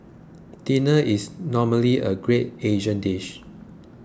dinner is normally a great Asian dish